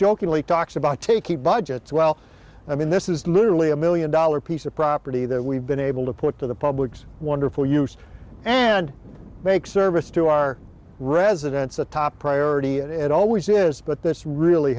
jokingly talks about taking budgets well i mean this is literally a million dollar piece of property that we've been able to put to the public's wonderful use and make service to our residents a top priority and it always is but this really